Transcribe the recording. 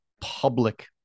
public